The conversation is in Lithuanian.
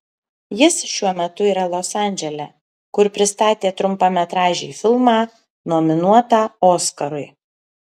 jis šiuo metu yra los andžele kur pristatė trumpametražį filmą nominuotą oskarui